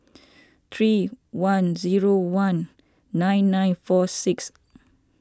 three one zero one nine nine four six